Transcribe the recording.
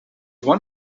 one